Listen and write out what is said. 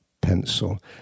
pencil